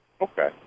Okay